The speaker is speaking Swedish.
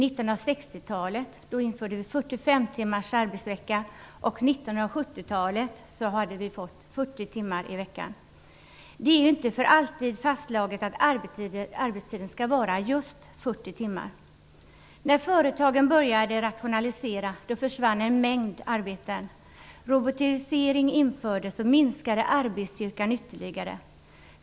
På 1970-talet hade vi fått en arbetstid på 40 timmar i veckan. Det är inte för alltid fastslaget att arbetstiden skall vara just 40 timmar. När företagen började rationalisera försvann en mängd arbeten. Robotisering genomfördes, och det minskade arbetsstyrkan ytterligare.